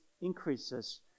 increases